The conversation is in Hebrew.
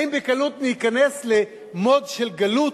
האם בקלות ניכנס ל-mode של גלות,